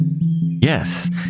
yes